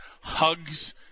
hugs